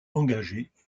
engagés